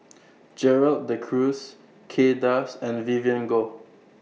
Gerald De Cruz Kay Das and Vivien Goh